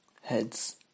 Heads